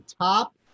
top